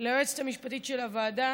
ליועצת המשפטית של הוועדה,